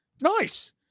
Nice